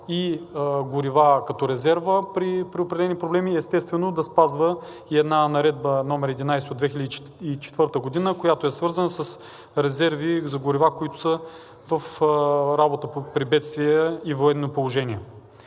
и горива като резерва при определени проблеми и естествено, да спазва и една Наредба № 11 от 2004 г., която е свързана с резерви за горива, които са в работа при бедствие и военно положение.